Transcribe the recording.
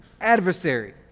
adversary